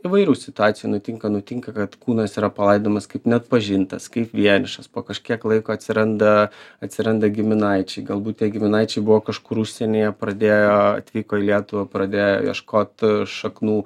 įvairių situacijų nutinka nutinka kad kūnas yra palaidojamas kaip neatpažintas kaip vienišas po kažkiek laiko atsiranda atsiranda giminaičiai galbūt giminaičiai buvo kažkur užsienyje pradėjo atvyko į lietuvą pradėjo ieškot šaknų